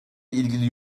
ilgili